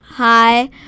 Hi